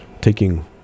taking